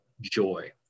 joy